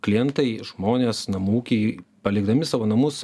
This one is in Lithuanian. klientai žmonės namų ūkiai palikdami savo namus